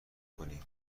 کنی